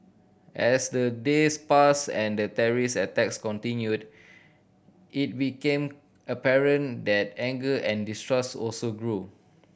as the days passed and the terrorist attacks continued it became apparent that anger and distrust also grew